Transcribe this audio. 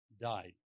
died